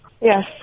Yes